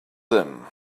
them